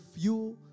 fuel